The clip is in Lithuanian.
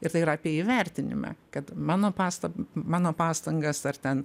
ir tai yra apie įvertinimą kad mano pastab mano pastangas ar ten